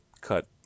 cut